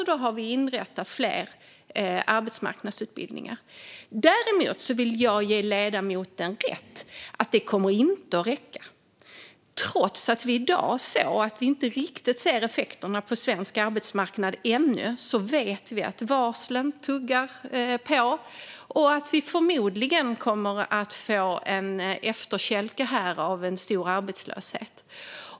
Därför har vi inrättat fler arbetsmarknadsutbildningar. Jag vill ge ledamoten rätt i att det inte kommer att räcka. Trots att man i dag ännu inte riktigt ser effekterna på svensk arbetsmarknad tuggar varslen på, och det kommer förmodligen att bli stor arbetslöshet.